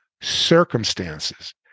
circumstances